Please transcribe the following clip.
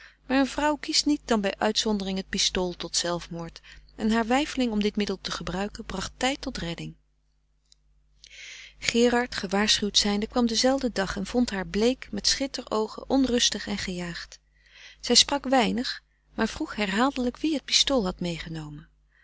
een vrouw kiest niet dan bij uitzondering het pistool tot zelfmoord en haar weifeling om dit middel te gebruiken bracht tijd tot redding gerard gewaarschuwd zijnde kwam denzelfden dag en vond haar bleek met schitter oogen onrustig en gejaagd zij sprak weinig maar vroeg herhaaldelijk wie het pistool had meegenomen